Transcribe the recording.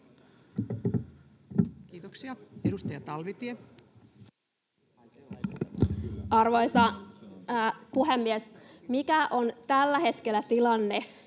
Kiitoksia. — Edustaja Talvitie. Arvoisa puhemies! Mikä on tällä hetkellä tilanne,